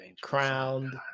crowned